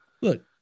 Look